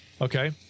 okay